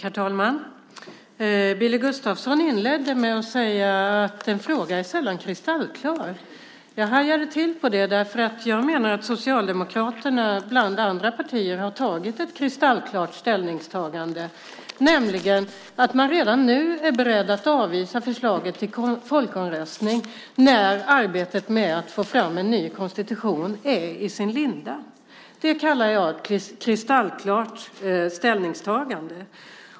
Herr talman! Billy Gustafsson inledde med att säga att en fråga sällan är kristallklar. Jag hajade till när jag hörde det. Jag menar att Socialdemokraterna och andra partier har gjort ett kristallklart ställningstagande, nämligen att man redan nu, när arbetet med att få fram en ny konstitution är i sin linda, är beredd att avvisa förslaget till folkomröstning. Det kallar jag ett kristallklart ställningstagande.